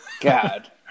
God